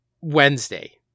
Wednesday